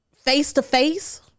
face-to-face